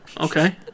Okay